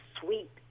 sweet